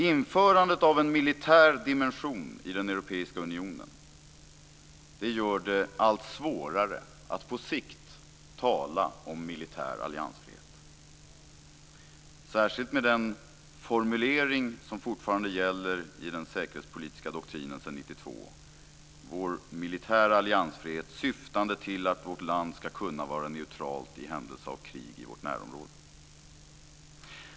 Införandet av en militär dimension i den europeiska unionen gör det allt svårare att på sikt tala om militär alliansfrihet, särskilt med den formulering i den säkerhetspolitiska doktrinen som gäller sedan 1992 om vår militära alliansfrihet, syftande till att vårt land ska kunna vara neutralt i händelse av krig i vårt närområde.